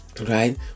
Right